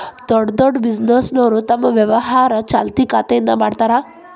ದೊಡ್ಡ್ ದೊಡ್ಡ್ ಬಿಸಿನೆಸ್ನೋರು ತಮ್ ವ್ಯವಹಾರನ ಚಾಲ್ತಿ ಖಾತೆಯಿಂದ ಮಾಡ್ತಾರಾ